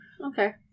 Okay